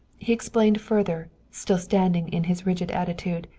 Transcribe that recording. he explained further, still standing in his rigid attitude.